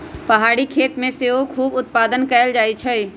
पहारी खेती में सेओ के खूब उत्पादन कएल जाइ छइ